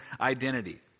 identity